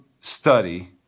study